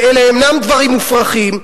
ואלה אינם דברים מופרכים.